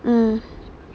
mm